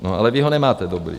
Ale vy ho nemáte dobrý.